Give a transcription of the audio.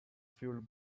fueled